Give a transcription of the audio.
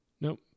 Nope